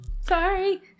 Sorry